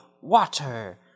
water